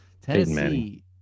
Tennessee